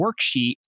worksheet